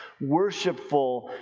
worshipful